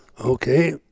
Okay